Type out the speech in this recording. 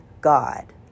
God